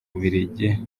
bubiligi